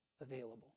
available